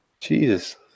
Jesus